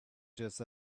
just